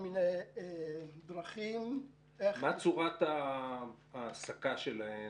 מה צורת ההעסקה שלהן?